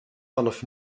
vanaf